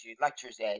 lectures